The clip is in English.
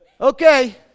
Okay